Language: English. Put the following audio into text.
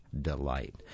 delight